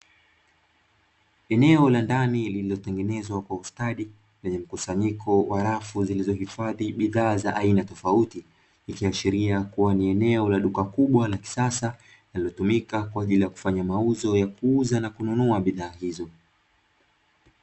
Eneo la ndani liliotengenezwa kwa ustadi lenye mkusanyiko wa rafu zilizo hifadhi bidhaa zilizotengenea kwenye miti ikiashiria ni eneo lenye suka kubwa lakisasa linalotumik kwaajili ya kuuza na kununua bidhaa.